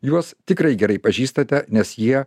juos tikrai gerai pažįstate nes jie